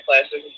classes